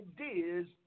ideas